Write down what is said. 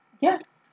Yes